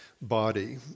body